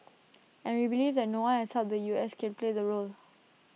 and we believe that no one else except the U S can play the role